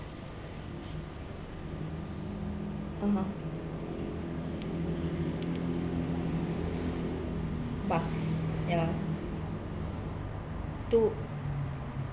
mmhmm bus to